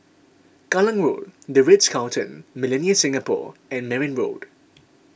Kallang Road the Ritz Carlton Millenia Singapore and Merryn Road